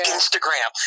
Instagram